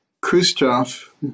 Khrushchev